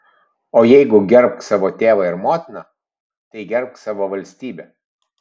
o jeigu gerbk savo tėvą ir motiną tai gerbk savo valstybę